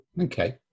Okay